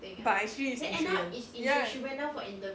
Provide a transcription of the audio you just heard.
but actually is insurance in the end